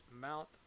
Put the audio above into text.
Mount